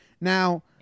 Now